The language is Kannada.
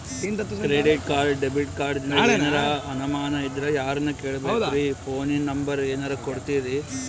ಕ್ರೆಡಿಟ್ ಕಾರ್ಡ, ಡೆಬಿಟ ಕಾರ್ಡಿಂದ ಏನರ ಅನಮಾನ ಇದ್ರ ಯಾರನ್ ಕೇಳಬೇಕ್ರೀ, ಫೋನಿನ ನಂಬರ ಏನರ ಕೊಡ್ತೀರಿ?